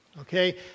okay